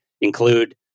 include